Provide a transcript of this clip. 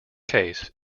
case